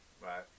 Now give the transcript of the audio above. Right